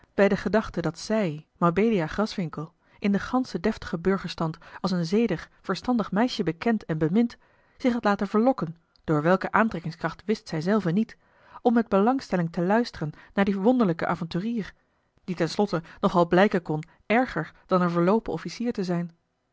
bij de gedachte dat zij mabelia graswinckel in den ganschen deftigen burgerstand als een zedig verstandig meisje bekend en bemind zich had laten verlokken door welke aantrekkingskracht wist zij zelve niet om met belangstelling te luisteren naar dien wonderlijken avonturier die ten slotte nog wel blijken kon erger dan een verloopen officier te zijn